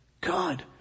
God